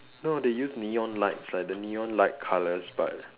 no they use neon lights like the neon light colours but